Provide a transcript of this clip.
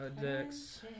dex